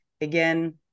again